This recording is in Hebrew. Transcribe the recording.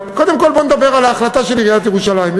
קודם כול בוא נדבר על ההחלטה של עיריית ירושלים.